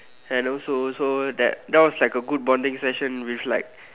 and also also that was like a good bonding session with like